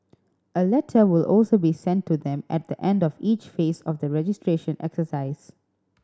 a letter will also be sent to them at the end of each phase of the registration exercise